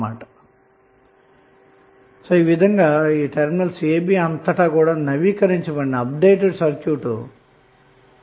కాబట్టి terminals ab ల వద్ద నవీకరించిబడిన సర్క్యూట్ ఈ విధంగా ఉంటుంది